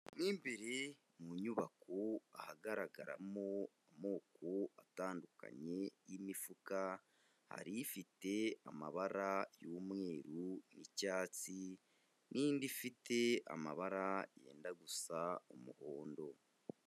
Mo imbere mu nyubako ahagaragaramo amoko atandukanye y'imifuka, hari ifite amabara y'umweru n'icyatsi n'indi ifite amabara yenda gusa umuhondo.